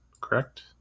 correct